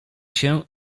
się